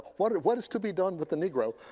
what and what is to be done with the negro?